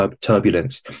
turbulence